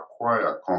acquire